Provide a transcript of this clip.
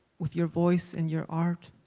with your voice and your art.